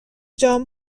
جان